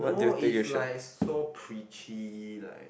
who is like so preachy like